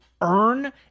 earn